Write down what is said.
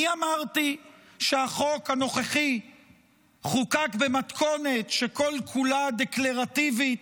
אני אמרתי שהחוק הנוכחי חוקק במתכונת שכל-כולה דקלרטיבית?